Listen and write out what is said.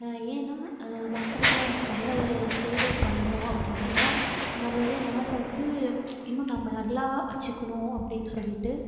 ஏன்னால் மக்களுக்கெலாம் வந்து நல்ல ஒரு சேவை பண்ணணும் அப்படின்னு ஏன்னால் நம்மளுடைய நாடு வந்து இன்னும் நம்ம நல்லா வெச்சுக்கணும் அப்படின் சொல்லிவிட்டு